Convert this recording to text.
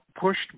pushed